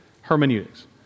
Hermeneutics